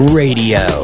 radio